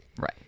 Right